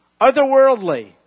Otherworldly